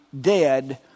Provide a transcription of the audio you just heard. dead